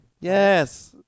Yes